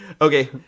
okay